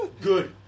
Good